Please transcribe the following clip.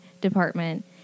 department